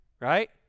right